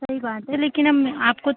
सही बात है लेकिन हम आपको